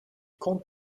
compte